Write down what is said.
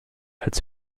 als